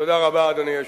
תודה רבה, אדוני היושב-ראש.